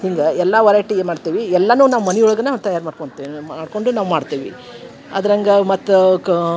ಹಿಂಗೆ ಎಲ್ಲ ವರೈಟಿ ಮಾಡ್ತೇವೆ ಎಲ್ಲನೂ ನಮ್ಮ ಮನೆ ಒಳಗೇನ ತಯಾರು ಮಾಡ್ಕೊತೆವಿ ಮಾಡಿಕೊಂಡು ನಾವು ಮಾಡ್ತೇವೆ ಅದ್ರಂಗೆ ಮತ್ತು ಕಾ